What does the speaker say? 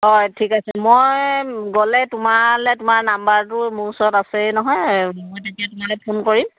হয় ঠিক আছে মই গ'লে তোমালে তোমাৰ নম্বৰটো মোৰ ওচৰত আছে নহয় মই তেতিয়া তোমালৈ ফোন কৰিম